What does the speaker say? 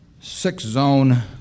six-zone